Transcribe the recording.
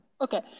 Okay